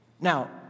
Now